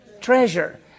Treasure